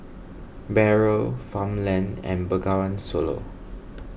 Barrel Farmland and Bengawan Solo